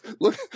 look